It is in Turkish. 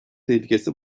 tehlikesi